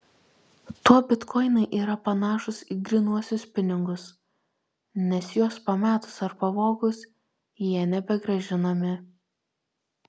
tuo bitkoinai yra panašūs į grynuosius pinigus nes juos pametus ar pavogus jie nebegrąžinami